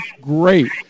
great